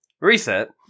reset